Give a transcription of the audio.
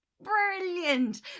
brilliant